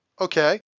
Okay